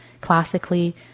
classically